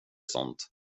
sånt